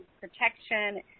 protection